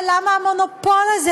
אבל למה המונופול הזה?